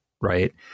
right